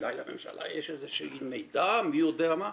אולי לממשלה יש איזשהו מידע מי יודע מה,